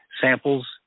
samples